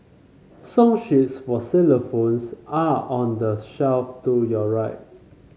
song sheets for xylophones are on the shelf to your right